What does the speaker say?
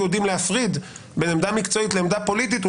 יודעים להפריד בין עמדה מקצועית לעמדה פוליטית,